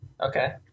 Okay